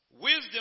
Wisdom